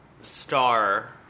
Star